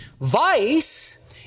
vice